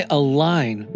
align